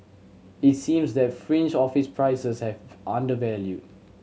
it seems that fringe office prices have undervalued